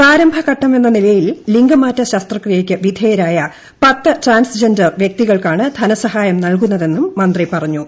പ്രാരംഭഘട്ടമെന്ന നിലയിൽ ലിംഗമാറ്റ ശസ്ത്രക്രിയയ്ക്ക് വിധേയരായ വ്യക്തികൾക്കാണ് ധനസഹായം നൽകുന്നതെന്നും മന്ത്രി പറഞ്ഞു